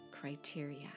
criteria